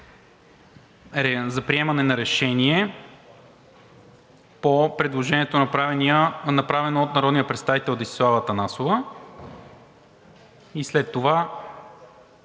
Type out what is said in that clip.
за приемане на решение по предложението, направено от народния представител Десислава Атанасова, и след това